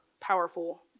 powerful